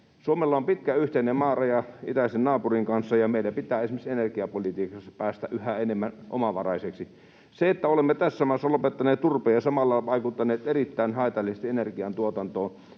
Suomella on pitkä yhteinen maaraja itäisen naapurin kanssa, ja meidän pitää esimerkiksi energiapolitiikassa päästä yhä enemmän omavaraiseksi. Siinä, että olemme tässä maassa lopettaneet turpeen ja samalla vaikuttaneet erittäin haitallisesti energiantuotantoon